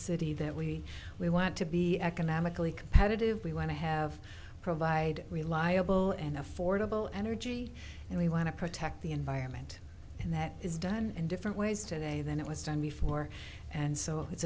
city that we we want to be economically competitive we want to have provide reliable and affordable energy and we want to protect the environment and that is done in different ways today than it was done before and so it's